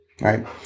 right